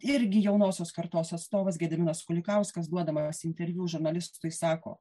irgi jaunosios kartos atstovas gediminas kulikauskas duodamas interviu žurnalistui sako